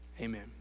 Amen